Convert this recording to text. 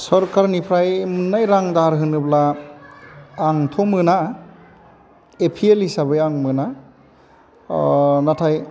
सरकारनिफ्राय मोननाय रां दाहार होनोब्ला आंथ' मोना ए पि एल हिसाबै आं मोना नाथाय